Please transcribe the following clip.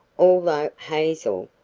although hazel,